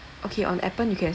okay on appen you can